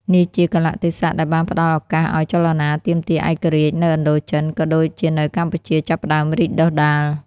នេះជាកាលៈទេសៈដែលបានផ្តល់ឱកាសឱ្យចលនាទាមទារឯករាជ្យនៅឥណ្ឌូចិន ក៏ដូចជានៅកម្ពុជា ចាប់ផ្តើមរីកដុះដាល។